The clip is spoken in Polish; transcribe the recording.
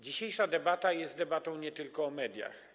Dzisiejsza debata jest debatą nie tylko o mediach.